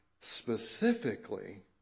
specifically